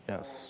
Yes